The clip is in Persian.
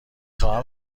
خواهم